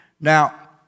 Now